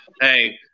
Hey